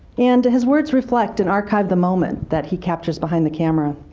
and his words reflect and archive the moment that he captures behind the camera.